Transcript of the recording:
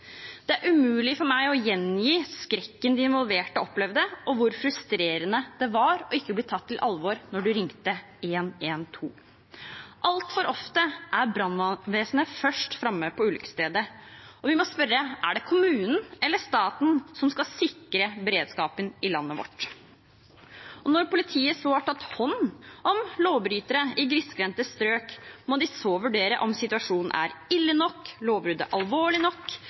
Det er umulig for meg å gjengi skrekken de involverte opplevde, og hvor frustrerende det var ikke å bli tatt på alvor da de ringte 112. Altfor ofte er brannvesenet først framme på ulykkesstedet. Vi må spørre: Er det kommunen eller staten som skal sikre beredskapen i landet vårt? Når politiet så har tatt hånd om lovbrytere i grisgrendte strøk, må de vurdere om situasjonen er ille nok, lovbruddet er alvorlig nok,